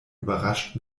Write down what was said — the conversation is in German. überrascht